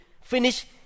finish